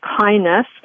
Kindness